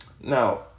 Now